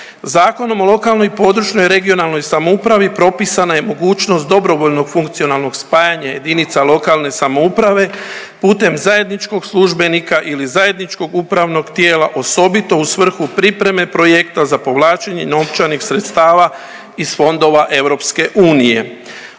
Zakonom o lokalnoj i područnoj (regionalnoj) samoupravi propisana je mogućnost dobrovoljnog funkcionalnog spajanja jedinica lokalne samouprave putem zajedničkog službenika ili zajedničkog upravnog tijela osobito u svrhu pripreme projekta za povlačenje novčanih sredstava iz Fondova EU.